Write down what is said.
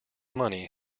money